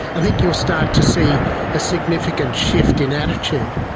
i think you'll start to see a significant shift in attitude.